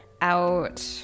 out